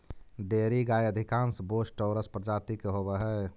dairy गाय अधिकांश Bos taurus प्रजाति के होवऽ हइ